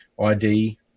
ID